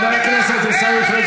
חבר הכנסת עיסאווי פריג',